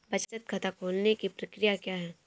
बचत खाता खोलने की प्रक्रिया क्या है?